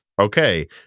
Okay